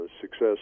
success